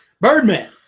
Birdman